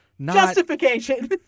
Justification